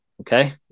okay